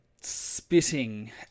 spitting